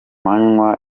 manywa